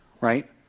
right